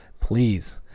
please